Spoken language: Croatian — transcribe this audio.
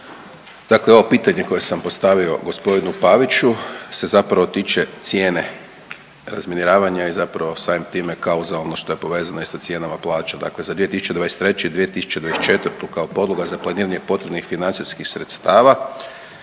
dakle ovo pitanje koje sam postavio gospodinu Paviću se zapravo tiče cijene razminiravanja i zapravo samim time kao za ono što povezano i sa cijenama plaća. Dakle, za 2023. i 2024. kao podloga za planiranje potrebnih financijskih sredstava